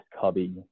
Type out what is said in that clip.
cubby